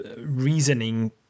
reasoning